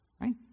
right